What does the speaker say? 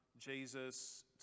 Jesus